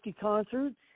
concerts